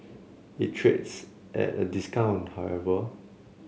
it trades at a discount however